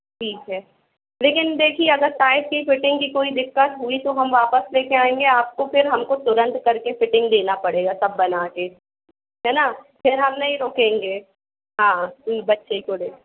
हाँ हाँ ठीक है लेकिन देखिए अगर साइज़ की फिटिंग की कोई दिक्कत हुई तो हम वापस लेके आयेंगे आपको फिर हमको तुरंत करके फिटिंग देना पड़ेगा तब बनाके है ना फिर हम नहीं रुकेंगे हाँ बच्चे को लेके